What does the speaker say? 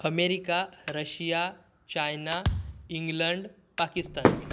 America Russia China England Pakistan